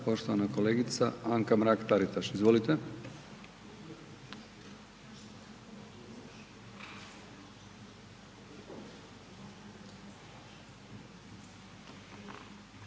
poštovana kolegica Anka Mrak-Taritaš. Izvolite.